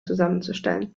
zusammenzustellen